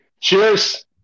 Cheers